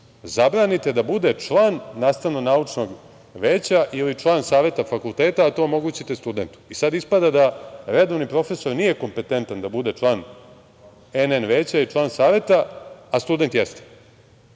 zabranite da bude član nastavno-naučnog veća ili član saveta fakulteta, a da to omogućite studentu. Sada ispada da redovni profesor nije kompetentan da bude član NN veća i član saveta, a student jeste. Mislim